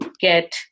get